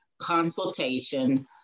consultation